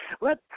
let